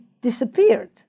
disappeared